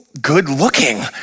good-looking